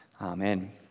Amen